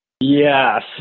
Yes